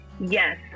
Yes